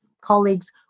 colleagues